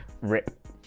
RIP